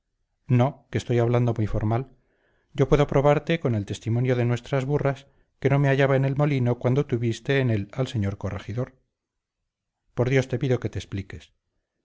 no que estoy hablando muy formal yo puedo probarte con el testimonio de nuestras burras que no me hallaba en el molino cuando tú viste en él al señor corregidor por dios te pido que te expliques